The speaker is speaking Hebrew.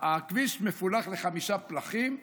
הכביש מפולח לחמישה פלחים.